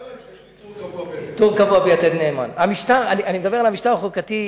ספר להם שיש לי טור קבוע ב"יתד נאמן" אני מדבר על המשטר החוקתי.